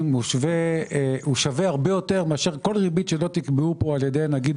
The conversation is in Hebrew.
שווה הרבה יותר מאשר כל ריבית שלא תקבעו פה על ידי נגיד